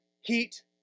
heat